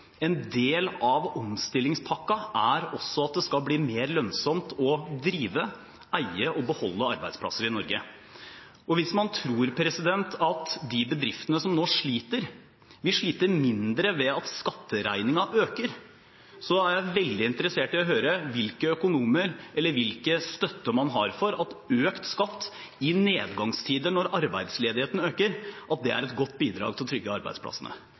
en del av omstillingspakken er at det skal bli mer lønnsomt å drive, eie og beholde arbeidsplasser i Norge. Hvis man tror at de bedriftene som nå sliter, vil slite mindre ved at skatteregningen øker, er jeg veldig interessert i å høre hvilken støtte man har – fra økonomer eller andre – for at økt skatt i nedgangstider, når arbeidsledigheten øker, er et godt bidrag til å trygge arbeidsplassene.